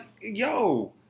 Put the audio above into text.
yo